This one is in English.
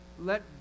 let